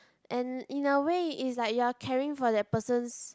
and in a way is like you are caring for that person's